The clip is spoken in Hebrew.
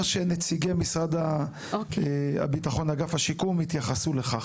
שנציגי אגף השיקום של משרד הביטחון יתייחסו לכך.